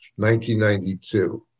1992